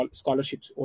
scholarships